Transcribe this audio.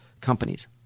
companies